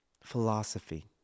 philosophy